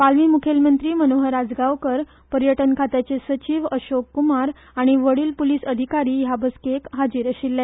पालवी मुखेलमंत्री मनोहर आजगांवकार पर्यटन खात्याचे सचीव अशोक कुमार आनी वडील पुलीस अधिकारी हे बसकेक हाजीर आशिल्ले